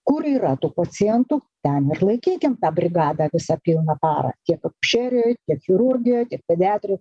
kur yra tų pacientų ten ir laikykim tą brigadą visą pilną parą tiek akušerijoj tiek chirurgijoj tiek pediatrijoj